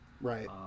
right